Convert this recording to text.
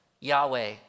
Yahweh